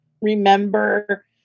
remember